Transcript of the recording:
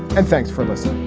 and thanks for listening